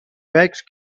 فکر